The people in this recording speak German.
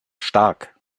stark